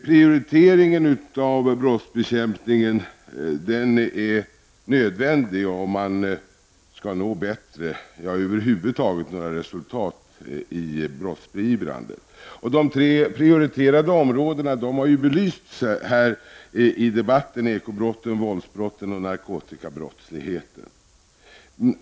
Prioriteringen av brottsbekämpningen är nödvändig för att beivra den allvarliga brottsligheten. De tre prioriterade områdena är välkända, nämligen ekobrott, våldsbrott och narkotikabrott.